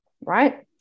right